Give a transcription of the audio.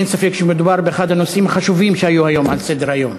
אין ספק שמדובר באחד הנושאים החשובים שהיו היום על סדר-היום.